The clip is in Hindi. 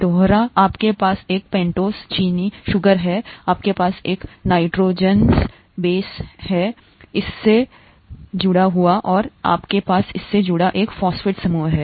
दोहराआपके पास एक पेन्टोज़ चीनी है आपके पास एक नाइट्रोजनस बेस है इससे जुड़ा हुआ है और आपके पास इससे जुड़ा एक फॉस्फेट समूह है